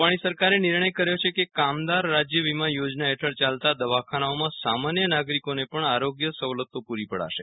રૂપાણી સરકારે નિર્ણય કર્યો છે કે કામદાર રાજય વીમા યોજના હેઠળ ચાલતા દવાખાનાઓમાં સામાન્ય નાગરિકોને પણ આરોગ્ય સવલતો પુરી પડાશે